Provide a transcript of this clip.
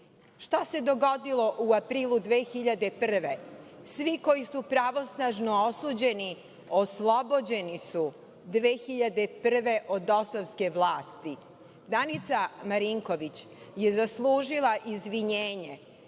Šta se dogodilo u aprilu 2001. godine? Svi koji su pravosnažno osuđeni oslobođeni su 2001. godine od DOS-ovske vlasti. Danica Marinković je zaslužila izvinjenje